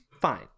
fine